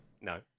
No